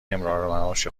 امرارمعاش